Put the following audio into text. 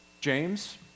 James